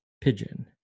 pigeon